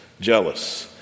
jealous